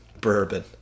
Bourbon